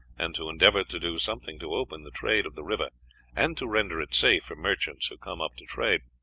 and to endeavor to do something to open the trade of the river and to render it safe for merchants who come up to trade.